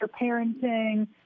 parenting